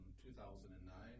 2009